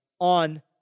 on